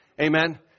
Amen